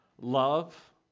love